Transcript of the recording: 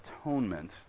Atonement